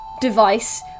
device